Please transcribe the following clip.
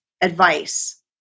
advice